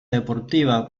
deportiva